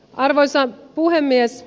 arvoisa puhemies